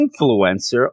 influencer